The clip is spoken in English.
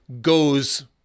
goes